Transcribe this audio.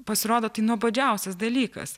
pasirodo tai nuobodžiausias dalykas